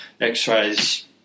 x-rays